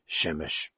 Shemesh